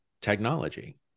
technology